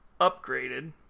upgraded